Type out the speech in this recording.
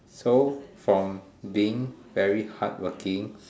so from being very hardworking